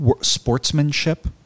Sportsmanship